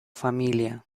familia